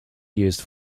used